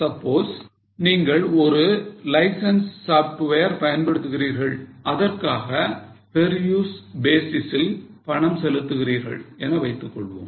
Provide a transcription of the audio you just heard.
Suppose நீங்கள் ஒரு license software பயன்படுத்துகிறீர்கள் அதற்காக peruse basis ல் பணம் செலுத்துகிறீர்கள் என வைத்துக்கொள்வோம்